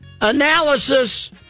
analysis